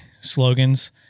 slogans